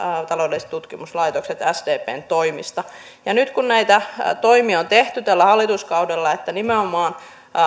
taloudelliset tutkimuslaitokset sdpn toimista nyt näitä toimia on tehty tällä hallituskaudella että nimenomaan